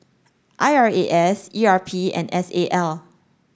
I R A S E R P and S A L